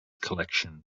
collection